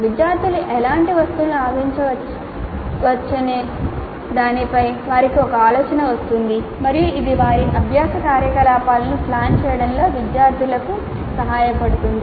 విద్యార్థులు ఎలాంటి వస్తువులను ఆశించవచ్చనే దానిపై వారికి ఒక ఆలోచన వస్తుంది మరియు ఇది వారి అభ్యాస కార్యకలాపాలను ప్లాన్ చేయడంలో విద్యార్థులకు సహాయపడుతుంది